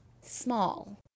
small